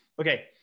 okay